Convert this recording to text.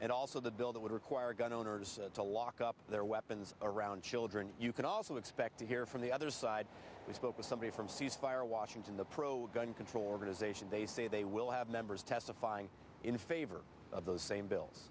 and also the bill that would require gun owners to lock up their weapons around children you can also expect to hear from the other side we spoke with somebody from cease fire washington the pro gun control organization they say they will have members testifying in favor of those same bills